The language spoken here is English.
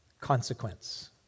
consequence